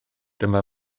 dyma